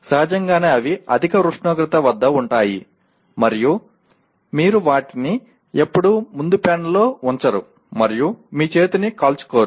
సహజంగానే అవి అధిక ఉష్ణోగ్రత వద్ద ఉంటాయి మరియు మీరు వాటిని ఎప్పుడూ ముందు ప్యానెల్లో ఉంచరు మరియు మీ చేతిని కాల్చుకోరు